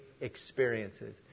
experiences